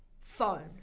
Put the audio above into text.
phone